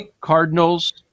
Cardinals